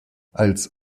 als